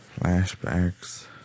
flashbacks